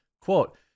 Quote